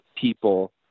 people